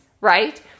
right